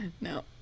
no